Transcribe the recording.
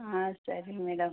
ಹಾಂ ಸರಿ ಮೇಡಮ್